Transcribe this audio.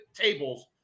tables